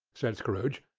said scrooge.